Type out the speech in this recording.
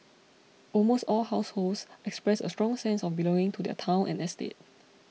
almost all households expressed a strong sense of belonging to their town and estate